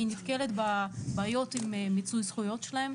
אני נתקלת בבעיות עם מיצוי זכויות שלהם,